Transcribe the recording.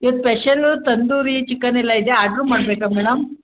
ಇವತ್ತು ಸ್ಪೆಷಲು ತಂದೂರಿ ಚಿಕನ್ನೆಲ್ಲ ಇದೆ ಆರ್ಡ್ರು ಮಾಡಬೇಕಾ ಮೇಡಮ್